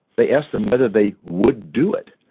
they asked them whether they would do it.